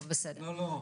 בסדר.